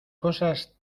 cosas